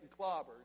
clobbered